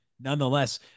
Nonetheless